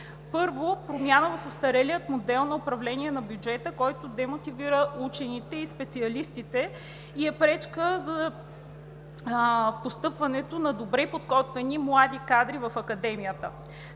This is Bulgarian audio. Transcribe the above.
Първо, промяна в остарелия модел на управление на бюджета, който демотивира учените и специалистите и е пречка за постъпването на добре подготвени млади кадри в Академията.